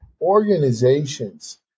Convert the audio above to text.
organizations